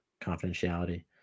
confidentiality